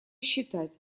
считать